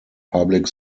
public